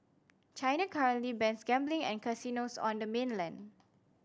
China currently bans gambling and casinos on the mainland